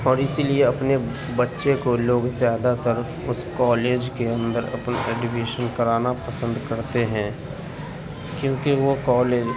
اور اس لیے اپنے بچے کو لوگ زیادہ تر اس کالج کے اندر اپنا ایڈمیشن کرانا پسند کرتے ہیں کیونکہ وہ کالج